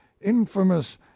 infamous